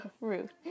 Rude